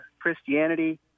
Christianity